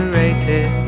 rated